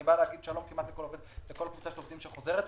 אני בא לומר שלום כמעט לכל קבוצת עובדים שחוזרת.